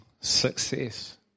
success